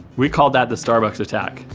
we called that the starbucks attack.